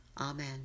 Amen